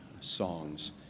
songs